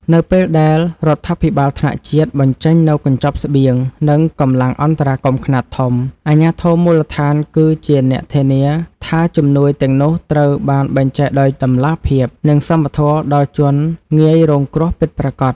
នៅពេលដែលរដ្ឋាភិបាលថ្នាក់ជាតិបញ្ចេញនូវកញ្ចប់ស្បៀង និងកម្លាំងអន្តរាគមន៍ខ្នាតធំ អាជ្ញាធរមូលដ្ឋានគឺជាអ្នកធានាថាជំនួយទាំងនោះត្រូវបានបែងចែកដោយតម្លាភាព និងសមធម៌ដល់ជនងាយរងគ្រោះពិតប្រាកដ។